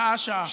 שעה-שעה.